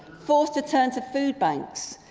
forced to turn to food banks,